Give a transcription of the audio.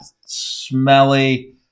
smelly